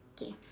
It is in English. K